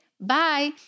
Bye